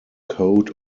coat